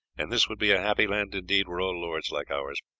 and this would be a happy land indeed were all lords like ours.